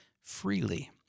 freely